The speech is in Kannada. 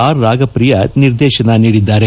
ಆರ್ ರಾಗಪ್ರಿಯ ನಿರ್ದೇಶನ ನೀಡಿದ್ದಾರೆ